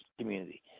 community